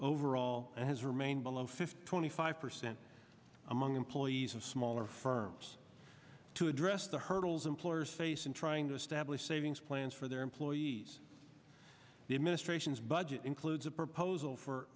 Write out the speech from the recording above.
overall and has remained below fifth twenty five percent among employees of smaller firms to address the hurdles employers face in trying to establish savings plans for their employees the administration's budget includes a proposal for